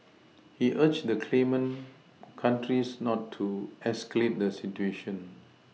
he urged the claimant countries not to escalate the situation